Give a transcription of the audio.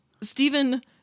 Stephen